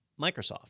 Microsoft